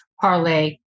parlay